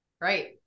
Right